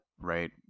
right